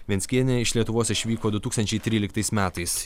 venckienė iš lietuvos išvyko du tūkstančiai tryliktais metais